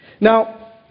Now